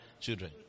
children